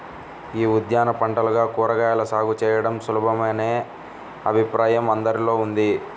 యీ ఉద్యాన పంటలుగా కూరగాయల సాగు చేయడం సులభమనే అభిప్రాయం అందరిలో ఉంది